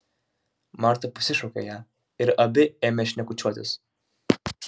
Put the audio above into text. marta pasišaukė ją ir abi ėmė šnekučiuotis